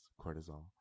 cortisol